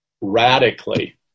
radically